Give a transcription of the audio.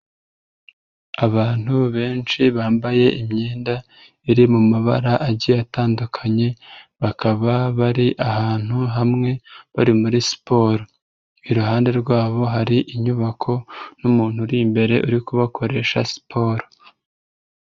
Abantu benshi bambaye imyenda iri mu mabara agiye atandukanye, bakaba bari ahantu hamwe bari muri siporo. Iruhande rwabo hari inyubako n'umuntu uri imbere uri kubakoresha siporo